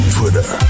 Twitter